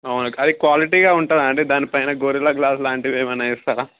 అది క్వాలిటీగా ఉంటుందా అండి దానిపైన గొరిల్లా గ్లాస్ లాంటివి ఏమన్న వేస్తారా